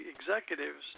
executives